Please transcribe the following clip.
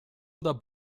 oder